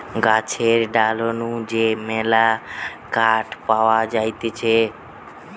গাছের ডাল নু যে মেলা কাঠ পাওয়া যাতিছে